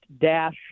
dash